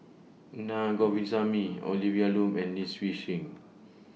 Na Govindasamy Olivia Lum and Lee Seng